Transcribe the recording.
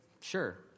Sure